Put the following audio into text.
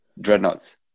dreadnoughts